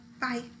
Bye